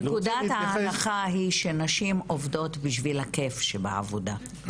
נקודת ההנחה היא שנשים עובדות בשביל הכיף שבעבודה,